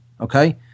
Okay